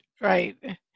right